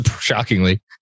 shockingly